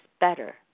better